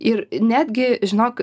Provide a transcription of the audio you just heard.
ir netgi žinok